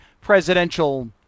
presidential